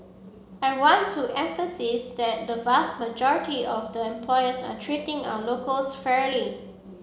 I want to emphasise that the vast majority of the employers are treating our locals fairly